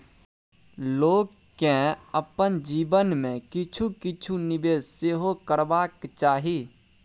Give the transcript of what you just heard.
लोककेँ अपन जीवन मे किछु किछु निवेश सेहो करबाक चाही